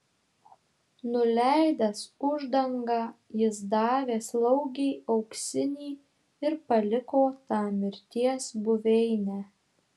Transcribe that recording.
nuleidęs uždangą jis davė slaugei auksinį ir paliko tą mirties buveinę